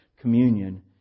communion